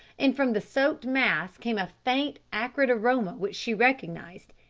and from the soaked mass came a faint acrid aroma which she recognised,